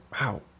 wow